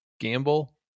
gamble